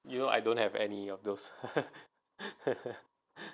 you know I don't have any of those